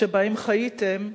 שבה חייתם,